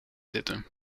zitten